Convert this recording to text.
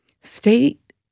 state